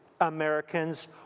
Americans